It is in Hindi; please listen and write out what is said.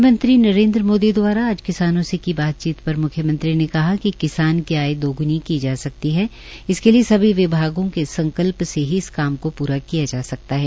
प्रधानमंत्री नरेन्द्र मोदी द्वारा आज किसानों से की बातचीत पर मुख्यमंत्री ने कहा कि किसान की आये दोग्णी की जा सकती है इसके लिए सभी विभागों के संकल्प से ही इस काम को पूरा किया जा सकता है